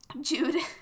jude